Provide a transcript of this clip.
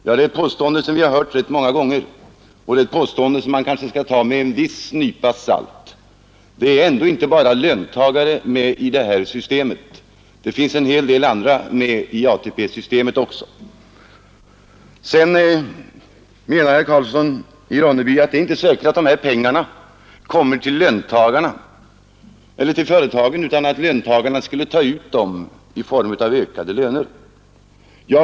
Det är ett påstående som vi har hört rätt många gånger, och man kanske skall ta det med en liten nypa salt. Det är inte bara löntagare med i systemet — det finns också en hel del andra med i ATP-systemet. Sedan menar herr Karlsson i Ronneby att det inte är säkert att företagen får dessa pengar, utan löntagarna kanske tar ut dem i form av ökade löner.